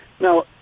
Now